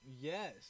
Yes